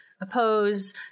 oppose